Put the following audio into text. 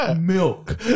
Milk